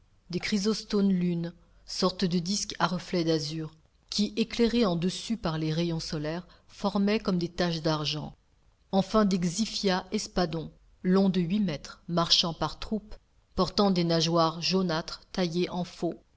des chrysostones lune sortes de disques à reflets d'azur qui éclairés en dessus par les rayons solaires formaient comme des taches d'argent enfin des xyphias espadons longs de huit mètres marchant par troupes portant des nageoires jaunâtres taillées en faux